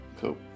cool